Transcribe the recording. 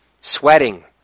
sweating